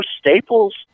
Staples